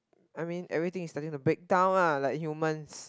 I mean everything is starting to break down ah like humans